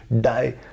die